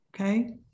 Okay